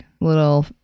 little